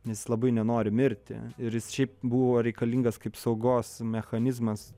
nes jis labai nenori mirti ir šiaip buvo reikalingas kaip saugos mechanizmas